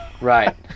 Right